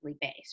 based